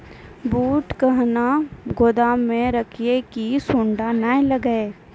बूट कहना गोदाम मे रखिए की सुंडा नए लागे?